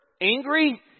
angry